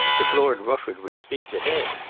if lord rufford would speak to him,